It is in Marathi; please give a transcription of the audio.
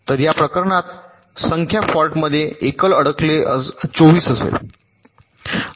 तर या प्रकरणात संख्या फॉल्टमध्ये एकल अडकले 24 असेल